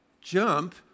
jump